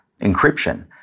encryption